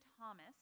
Thomas